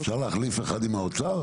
אפשר להחליף אחד עם האוצר?